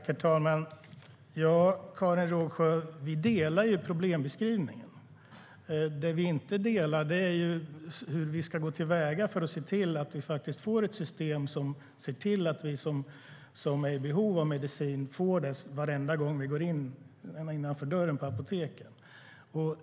Herr talman! Karin Rågsjö och jag delar problembeskrivningen. Det vi inte är överens om är hur vi ska gå till väga för att få ett system som ser till att vi som är i behov av medicin får det varenda gång vi går in genom dörren till apoteket.